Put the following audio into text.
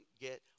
get